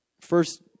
First